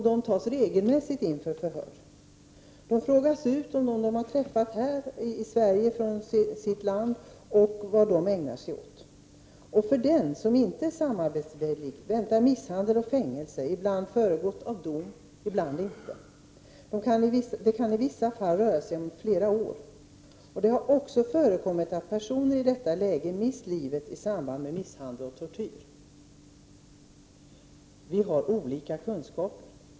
De tas regelmässigt in för förhör. De frågas ut om dem från deras land som de har träffat här i Sverige och vad de ägnar sig åt. För den som inte är samarbetsvillig väntar misshandel och fängelse, ibland föregått av dom, ibland inte. Det kan i vissa fall röra sig om flera år. Det har också förekommit att personer i detta läge mist livet i samband med misshandel och tortyr. Vi har olika kunskaper.